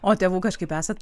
o tėvų kažkaip esat